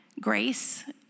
grace